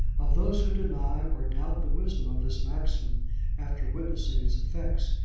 of those who deny or doubt the wisdom of this maxim after witnessing its effects,